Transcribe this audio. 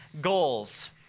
goals